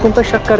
the